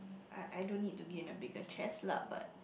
um I I don't need to gain a biggest chest lah but